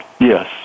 Yes